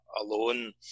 alone